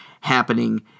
happening